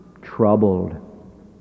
troubled